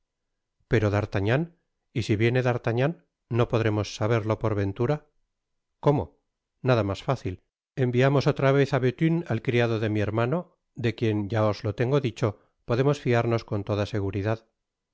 pero d'artagnan y si viene d'artagnan no podremos saberlo por ventura cómo nada mas fácil enviamos otra vez á bethune al criado de mi hermano de quien ya os lo tengo dicho podemos fiarnos con